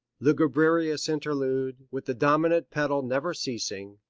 lugubrious interlude, with the dominant pedal never ceasing,